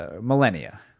millennia